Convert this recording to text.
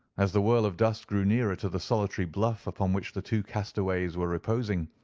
as the whirl of dust drew nearer to the solitary bluff upon which the two castaways were reposing,